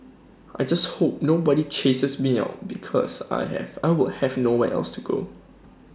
I just hope nobody chases me out because I have I would have nowhere else to go